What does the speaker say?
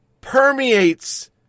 permeates